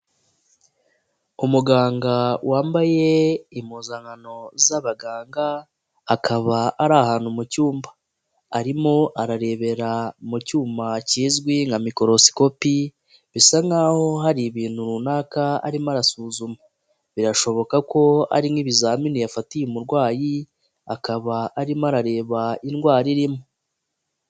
Umuganga wambaye impuzankano z'abaganga akaba ari ahantu mu cyumba arimo ararebera mu cyuma kizwi nka mikorosikopi bisa nkaho hari ibintu runaka arimo arasuzuma, birashoboka ko ari nk'ibizamini yafatiye umurwayi akaba arimo arareba indwara irimo.